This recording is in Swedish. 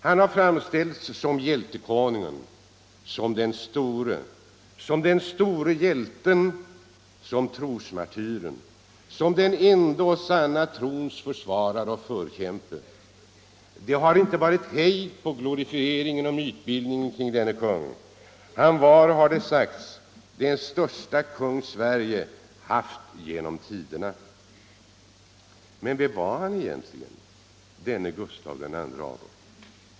Han har framställts som ”hjältekonungen”, som ”den store”, som den ” store hjälten”, som ”trosmartyren” och som ”den enda och sanna trons försvarare och förkämpe”. Det har inte varit någon hejd på glorifieringen och mytbildningen kring denne kung. Han var, har det sagts, den största kung Sverige haft genom tiderna. Men vem var han egentligen denne Gustav II Adolf?